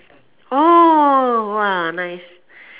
nice